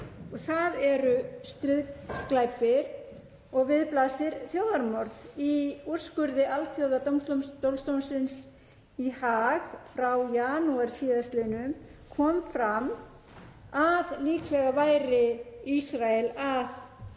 Það eru stríðsglæpir og við blasir þjóðarmorð. Í úrskurði Alþjóðadómstólsins í Haag frá janúar síðastliðnum kom fram að líklega væri Ísrael að